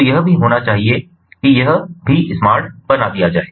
तो यह भी होना चाहिए कि यह भी स्मार्ट बना दिया जाय